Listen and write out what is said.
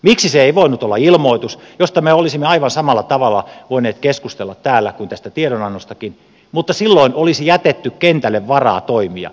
miksi se ei voinut olla ilmoitus josta me olisimme aivan samalla tavalla voineet keskustella täällä kuin tästä tiedonannostakin mutta silloin olisi jätetty kentälle varaa toimia